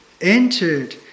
entered